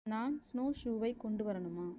நான் ஸ்னோ ஷூவை கொண்டு வரணுமா